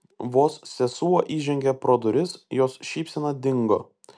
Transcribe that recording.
vos sesuo įžengė pro duris jos šypsena dingo